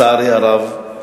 לצערי הרב,